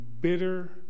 bitter